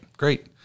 Great